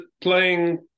playing